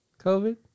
COVID